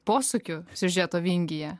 posūkių siužeto vingyje